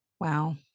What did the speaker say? Wow